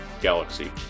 Galaxy